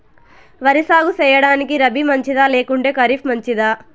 వరి సాగు సేయడానికి రబి మంచిదా లేకుంటే ఖరీఫ్ మంచిదా